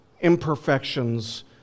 imperfections